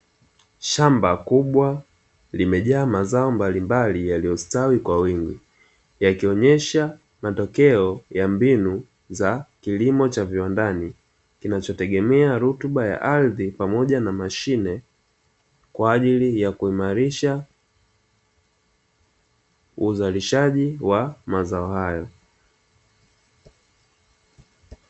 Shamba kubwa limejaa mazao mbalimbali yaliostawi kwa wingi yakionyesha matokeo ya mbinu za kilimo cha viwandani, kinachotegemea rutuba ya ardhi pamoja na mashine kwa ajili ya kuimarisha uzalishaji wa mazao hayo.